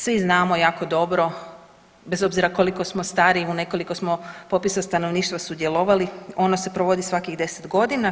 Svi znamo jako dobro bez obzira koliko smo stari i u nekoliko smo popisa stanovništva sudjelovali ono se provodi svakih deset godina.